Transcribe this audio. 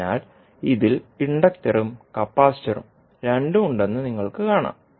അതിനാൽ ഇതിൽ ഇൻഡക്റ്ററും കപ്പാസിറ്ററും രണ്ടും ഉണ്ടെന്ന് നിങ്ങൾക്ക് കാണാം